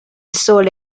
sole